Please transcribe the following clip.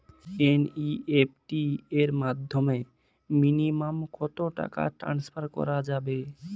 NEFT এর মাধ্যমে minimum কত টাকা টান্সফার করা যাবে?